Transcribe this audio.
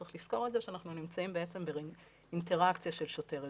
צריך לזכור את זה שאנחנו נמצאים באינטראקציה של שוטר-אזרח.